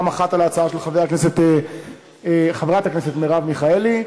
אחת על ההצעה של חברת הכנסת מרב מיכאלי.